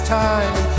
time